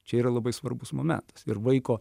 čia yra labai svarbus momentas ir vaiko